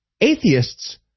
atheists